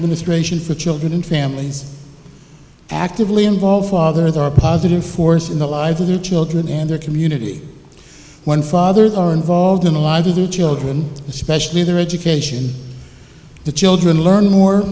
ministration for children in families actively involved fathers are positive force in the lives of their children and their community when fathers are involved in the law to do children especially their education the children learn more